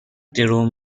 درو